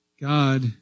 God